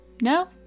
No